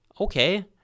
Okay